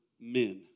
men